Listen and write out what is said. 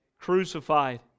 crucified